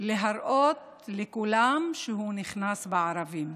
להראות לכולם שהוא נכנס בערבים.